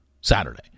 Saturday